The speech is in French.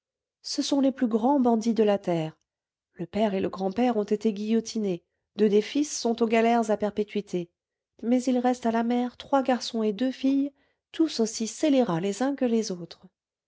ce sont les plus grands bandits de la terre le père et le grand-père ont été guillotinés deux des fils sont aux galères à perpétuité mais il reste à la mère trois garçons et deux filles tous aussi scélérats les uns que les autres